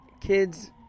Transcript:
kids